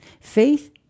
Faith